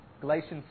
Galatians